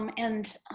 um and,